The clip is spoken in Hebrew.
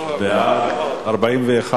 הרווחה והבריאות נתקבלה.